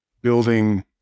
building